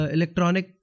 Electronic